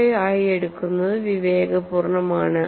5 ആയി എടുക്കുന്നത് വിവേകപൂർണ്ണമാണ്